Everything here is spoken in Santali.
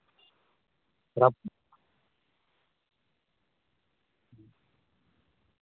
ᱨᱟᱹᱯᱩᱫ